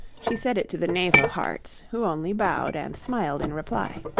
she said it to the knave of hearts, who only bowed and smiled in reply.